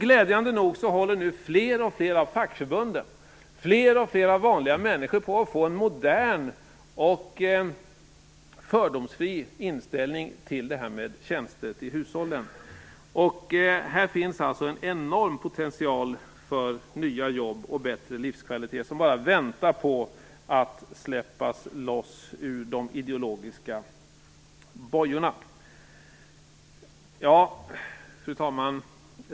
Glädjande nog håller alltfler fackförbund och alltfler vanliga människor på att få en modern och fördomsfri inställning till detta med tjänster till hushållen. Här finns det alltså en enorm potential för nya jobb och för en bättre livskvalitet. Det här väntar bara på att bli lössläppt från de ideologiska bojorna. Fru talman!